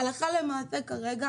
הלכה למעשה כרגע,